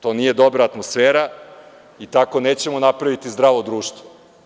To nije dobra atmosfera i tako nećemo napraviti zdravo društvo.